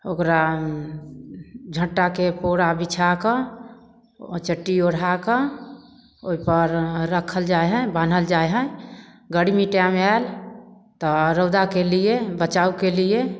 ओकरा झट्टाके पौरा बिछाकऽ ओ चट्टी ओढ़ाकऽ ओइपर रखल जाइ हइ बान्हल जाइ हइ गर्मी टाइम आयल तऽ रौदाके लिए बचावके लिए